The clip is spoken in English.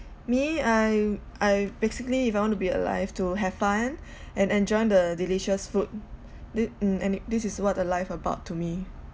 me I'm I basically if I want to be alive to have fun and enjoying the delicious food thi~ and this is what the life about to me